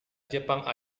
jepang